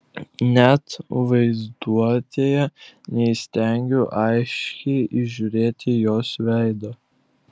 net vaizduotėje neįstengiu aiškiai įžiūrėti jos veido